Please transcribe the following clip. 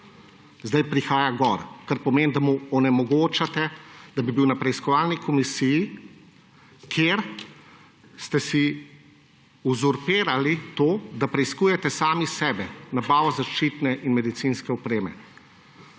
Zdaj prihaja gor, kar pomeni, da mu onemogočate, da bi bil na preiskovalni komisiji, kjer ste si uzurpirali to, da preiskujete sami sebe, nabavo zaščitne in medicinske opreme.